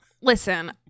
listen